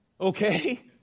Okay